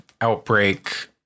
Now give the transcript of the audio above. Outbreak